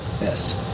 Yes